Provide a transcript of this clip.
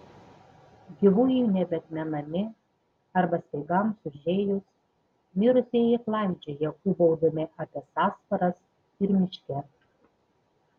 gyvųjų nebeatmenami arba speigams užėjus mirusieji klaidžioja ūbaudami apie sąsparas ir miške